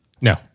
No